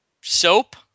soap